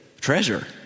treasure